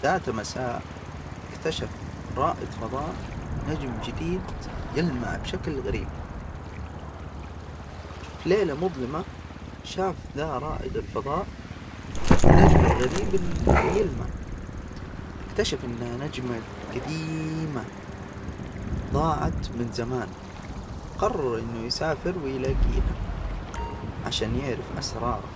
ذات مساء، اكتشف رائد فضاء نجم جديد يلمع بشكل غريب، في ليلة مظلمة، شاف ذا رائد الفضاء النجم الغريب اللي يلمع ، إكتشف إنها نجمة جديمة. ضاعت من زمان. قرر إنه يسافر ويلاجيها، عشان يعرف أسرارها.